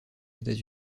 états